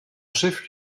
chef